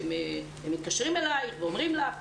שמתקשרים אליך ואומרים לך.